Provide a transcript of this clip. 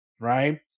right